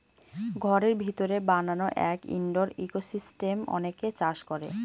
ঘরের ভিতরে বানানো এক ইনডোর ইকোসিস্টেম অনেকে চাষ করে